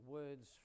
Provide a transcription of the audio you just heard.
words